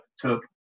took